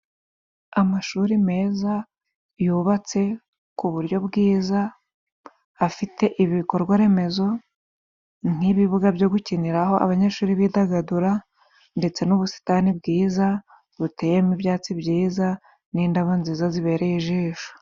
Amashuri meza yubatse ku buryo bwiza, afite ibikorwa remezo nk'ibibuga byo gukiniraho abanyeshuri bidagadura, ndetse n'ubusitani bwiza buteyemo ibyatsi byiza n'indabo nziza zibereye ijisho.